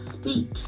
speak